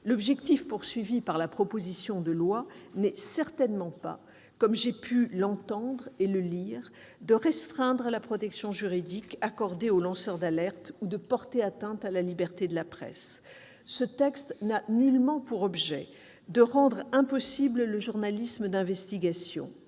L'objectif poursuivi au travers de cette proposition de loi n'est certainement pas, comme j'ai pu l'entendre et le lire, de restreindre la protection juridique accordée aux lanceurs d'alerte ou de porter atteinte à la liberté de la presse. Ce texte n'a nullement pour objet de rendre impossible le journalisme d'investigation,